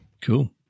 cool